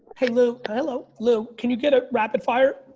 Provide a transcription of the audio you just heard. hey lou. hello lou, can you get a rapid fire,